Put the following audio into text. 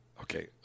Okay